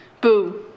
Boom